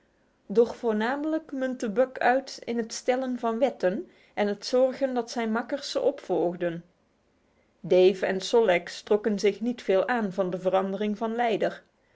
doch voornamelijk muntte buck uit in het stellen van wetten en het zorgen dat zijn makkers ze opvolgden dave en sol leks trokken zich niet veel aan van de verandering van leider